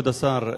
כבוד השר,